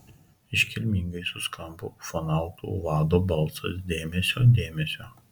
iškilmingai suskambo ufonautų vado balsas dėmesio dėmesio